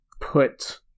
put